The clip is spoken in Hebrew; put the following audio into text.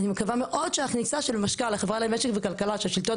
אני מקווה מאוד שהכניסה של מש-קל החברה למשק וכלכלה של השלטון